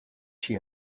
she